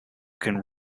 can